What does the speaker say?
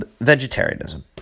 vegetarianism